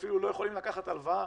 שאפילו לא יכולים לקחת הלוואה,